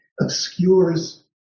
obscures